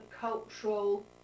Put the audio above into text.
cultural